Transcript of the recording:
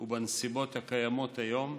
ובנסיבת הקיימות היום,